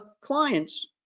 clients